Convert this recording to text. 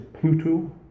Pluto